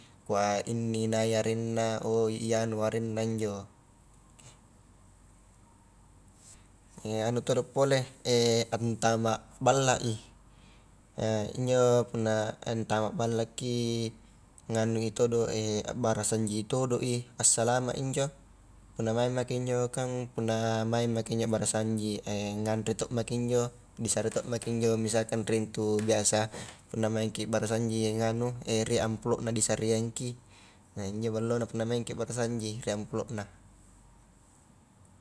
Kua inni nai arengna, oh ianu arenna injo, anu todo pole, antama balla i, injo punna antama ballakki, nganui todo abbarasanji todoi, assalama injo, punna maing maki injo kan punna maing maki injo a barasanji ngare to maki injo, disare to maki injo misalkan rie intu biasa punna maingki barasanji anu riek amplopna disareangki, nah injo ballona punna maingki a barasanji ri amplopna.